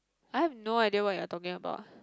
I have no idea what you are talking about ah